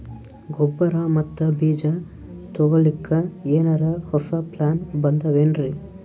ಗೊಬ್ಬರ ಮತ್ತ ಬೀಜ ತೊಗೊಲಿಕ್ಕ ಎನರೆ ಹೊಸಾ ಪ್ಲಾನ ಬಂದಾವೆನ್ರಿ?